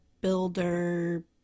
builder